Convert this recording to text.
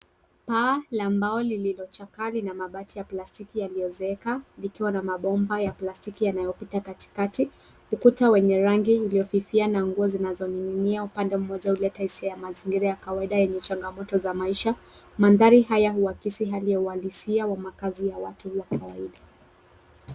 Paa la mbao lililochakaa, lina mabati ya plastiki yaliozeeka likiwa na mabomba ya plastiki yanayopita katikati. Ukuta wenye rangi iliyofifia na nguo zinazo ning'inia upande mmoja huleta hisia ya mazingira ya kawaida yenye changamoto za maisha. Mandhari haya huakisi hali ya uhalisia wa makazi ya watu wa kawaida.